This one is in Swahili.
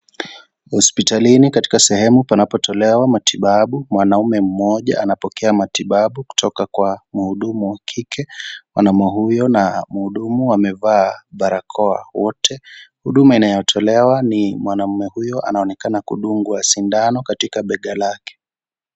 Hospitalini katika sehemu panapo tolewa matibabu , mwanaume mmoja anapokea matibabu kutoka Kwa mhudumu wa kike. Mwanaume huyo na mhudumu wamevaa barakoa wote, huduma inayotolewa ni mwanamme huyo anaonekana kumdunga sindano katika bega lake.